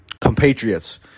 compatriots